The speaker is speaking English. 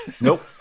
Nope